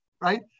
right